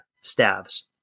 staves